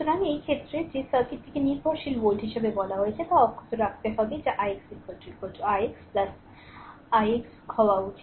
সুতরাং এই ক্ষেত্রে যে সার্কিটটিকে নির্ভরশীল ভোল্ট হিসাবে বলা হয়েছে তা অক্ষত রাখতে হবে যা ix ix ix হওয়া উচিত